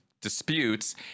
disputes